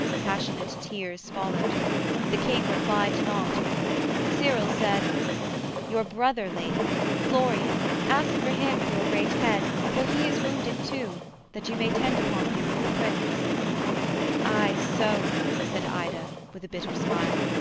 passionate tears followed the king replied not cyril said your brother, lady florian ask for him of your great head for he is wounded too that you may tend upon him with the prince ay so said ida with a bitter smile,